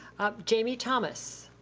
jamie thomas.